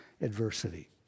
adversity